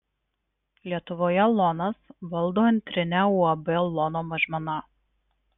lietuvoje lonas valdo antrinę uab lono mažmena